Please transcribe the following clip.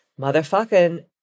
Motherfucking